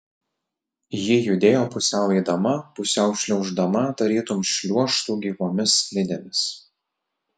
ji judėjo pusiau eidama pusiau šliauždama tarytum šliuožtų gyvomis slidėmis